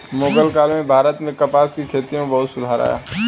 मुग़ल काल में भारत में कपास की खेती में बहुत सुधार आया